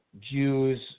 Jews